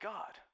God